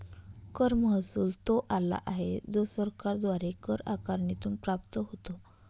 कर महसुल तो आला आहे जो सरकारद्वारे कर आकारणीतून प्राप्त होतो